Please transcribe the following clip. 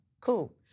Cool